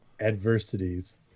adversities